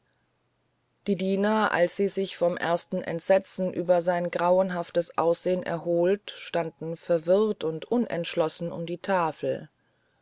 die diener als sie sich vom ersten entsetzen über sein grauenhaftes aussehen erholt standen verwirrt und unentschlossen um die tafel